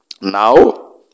Now